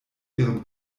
ihrem